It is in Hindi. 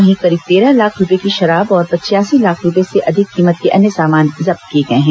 वहीं करीब तेरह लाख रूपये की शराब और पचयासी लाख रूपये से अधिक कीमत के अन्य सामान जब्त किए गए हैं